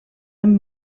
amb